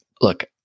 look